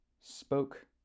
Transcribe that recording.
spoke